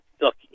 Look